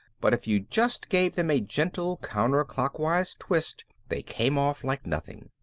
but if you just gave them a gentle counterclockwise twist they came off like nothing.